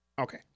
Okay